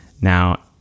Now